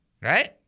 Right